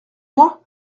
moi